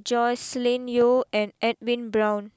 Joscelin Yeo and Edwin Brown